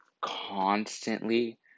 constantly